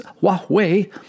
Huawei